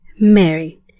Mary